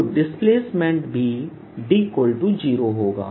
तो डिस्प्लेसमेंट भी D0 होगा